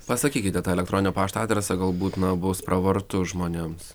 pasakykite tą elektroninio pašto adresą galbūt na bus pravartu žmonėms